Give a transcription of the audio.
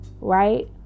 Right